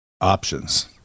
options